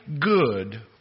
good